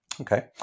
Okay